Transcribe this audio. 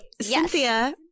Cynthia